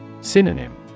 Synonym